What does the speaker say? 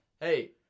Hey